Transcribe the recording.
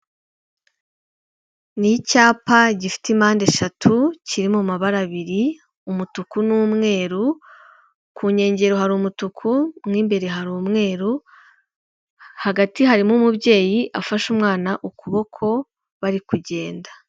Ni icyapa gifite impande eshatu, kiri mu mabara abiri: umutuku n'umweru, ku nkengero hari umutuku mo imbere hari umweru, hagati harimo umubyeyi afashe umwana ukuboko bari kugenda.